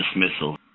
dismissal